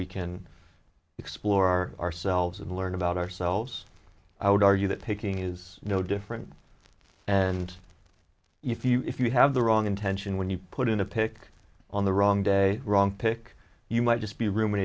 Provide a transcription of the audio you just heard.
we can explore our ourselves and learn about ourselves i would argue that taking is no different and if you if you have the wrong intention when you put in a pick on the wrong day wrong pick you might just be rumin